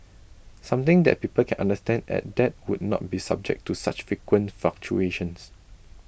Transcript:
something that people can understand and that would not be subject to such frequent fluctuations